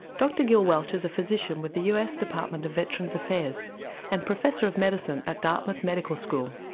dr gil welch is a physician with the us department of veterans affairs and professor of medicine at dartmouth medical school.